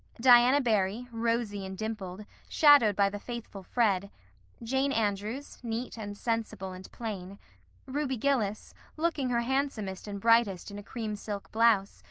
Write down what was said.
diana barry, rosy and dimpled, shadowed by the faithful fred jane andrews, neat and sensible and plain ruby gillis, looking her handsomest and brightest in a cream silk blouse,